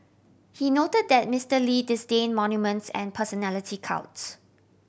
he noted that Mister Lee disdain monuments and personality cults